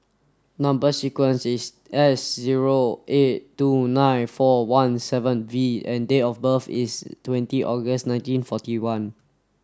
number sequence is S zero eight two nine four one seven V and date of birth is twenty August nineteen forty one